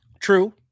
True